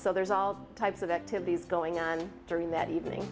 so there's all types of activities going on during that evening